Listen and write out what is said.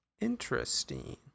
Interesting